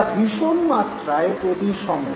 এরা ভীষণ মাত্রায় প্রতিসম